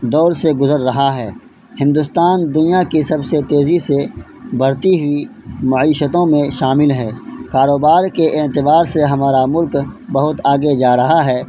دور سے گزر رہا ہے ہندوستان دنیا کی سب سے تیزی سے بڑھتی ہوئی معیشتوں میں شامل ہے کاروبار کے اعتبار سے ہمارا ملک بہت آگے جا رہا ہے